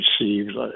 received